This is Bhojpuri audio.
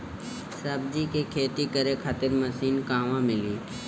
सब्जी के खेती करे खातिर मशीन कहवा मिली?